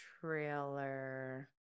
trailer